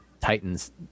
Titans